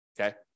okay